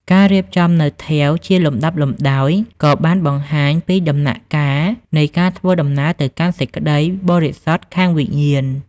ការរៀបចំនូវថែវជាលំដាប់លំដោយក៏បានបង្ហាញពីដំណាក់កាលនៃការធ្វើដំណើរទៅកាន់សេចក្តីបរិសុទ្ធខាងវិញ្ញាណ។